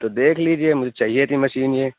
تو دیکھ لیجیے مجھے چاہیے تھی مشین یہ